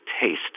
taste